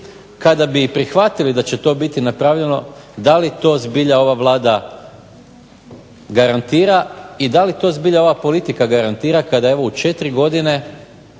kada bi i prihvatili da će to biti napravljeno, da li to zbilja ova Vlada garantira i da li to zbilja ova politika garantira kada evo u 4 godine